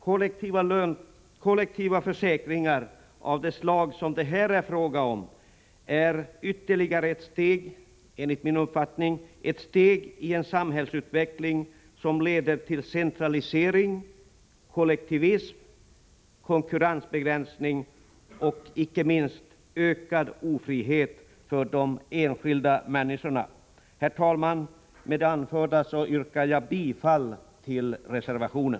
Kollektiva försäkringar av det slag som det här är fråga om är enligt min uppfattning ytterligare ett steg i en samhällsutveckling som leder till centralisering, kollektivism, konkurrensbegränsning och — icke minst — ökad ofrihet för de enskilda människorna. Herr talman! Med det anförda yrkar jag bifall till reservationen.